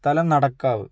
സ്ഥലം നടക്കാവ്